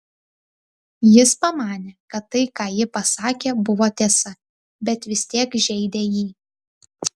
jis pamanė kad tai ką ji pasakė buvo tiesa bet vis tiek žeidė jį